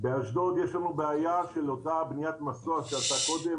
באשדוד יש לנו בעיה של בניית מסוע שהייתה קודם.